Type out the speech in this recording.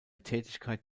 tätigkeit